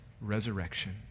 resurrection